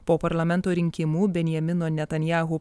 po parlamento rinkimų benjamino netanyahu